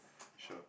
sure